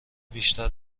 بیشتر